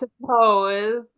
suppose